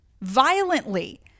violently